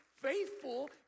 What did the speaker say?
Faithful